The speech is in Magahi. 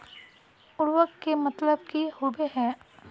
उर्वरक के मतलब की होबे है?